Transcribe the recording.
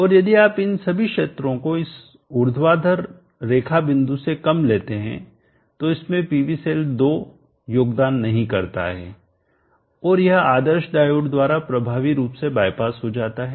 और यदि आप इन सभी क्षेत्रों को इस ऊर्ध्वाधर रेखा बिंदु से कम लेते हैं तो इसमें PV सेल 2 योगदान नहीं करता है यह इस आदर्श डायोड द्वारा प्रभावी रूप से बाईपास हो जाता है